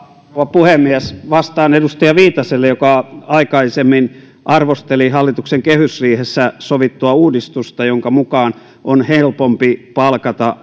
puhemies vastaan edustaja viitaselle joka aikaisemmin arvosteli hallituksen kehysriihessä sovittua uudistusta jonka mukaan on helpompi palkata